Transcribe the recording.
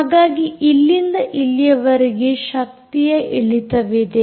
ಹಾಗಾಗಿ ಇಲ್ಲಿಂದ ಇಲ್ಲಿಯವರೆಗೆ ಶಕ್ತಿಯ ಇಳಿತವಿದೆ